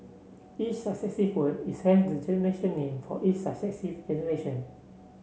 each successive word is hence the generation name for each successive generation